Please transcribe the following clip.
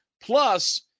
Plus